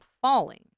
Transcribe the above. falling